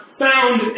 found